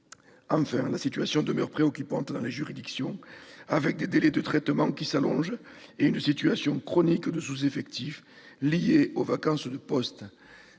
Enfin, la situation demeure préoccupante dans les juridictions, avec des délais de traitement qui s'allongent et une situation chronique de sous-effectif liée aux vacances de postes.